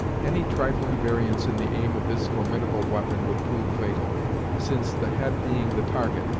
any trifling variance in the aim of this formidable weapon would prove fatal since, the head being the target,